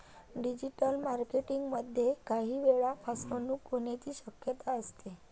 digital marketing मध्ये काही वेळा फसवणूक होण्याची शक्यता असते